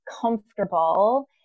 comfortable